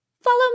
follow